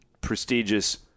prestigious